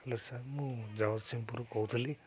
hello sir ମୁଁ ଜଗତସିଂପୁରରୁ କହୁଥିଲି